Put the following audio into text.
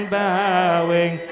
bowing